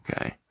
Okay